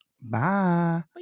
Bye